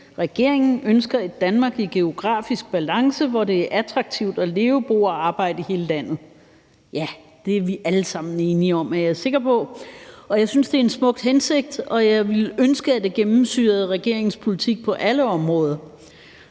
»Regeringen ønsker et Danmark i geografisk balance, hvor det er attraktivt at leve, bo og arbejde i hele landet.« Ja, det er vi alle sammen enige om, er jeg sikker på, og jeg synes, det er en smuk hensigt, og jeg ville ønske, at det gennemsyrede regeringens politik på alle områder.